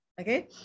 Okay